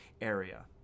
area